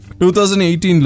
2018